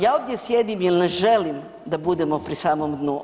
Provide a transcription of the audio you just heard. Ja ovdje sjedim jer ne želim da budemo pri samom dnu.